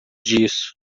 disso